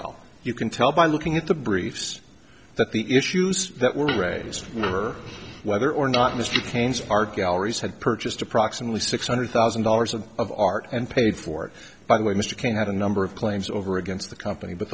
well you can tell by looking at the briefs that the issues that were raised over whether or not mr cain's art galleries had purchased approximately six hundred thousand dollars of of art and paid for by the way mr cain had a number of claims over against the company but